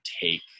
take